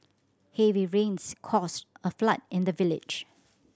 heavy rains caused a flood in the village